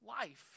life